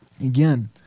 Again